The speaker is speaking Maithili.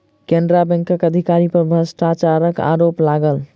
केनरा बैंकक अधिकारी पर भ्रष्टाचारक आरोप लागल